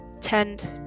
tend